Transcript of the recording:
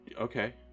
Okay